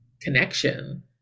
connection